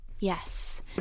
Yes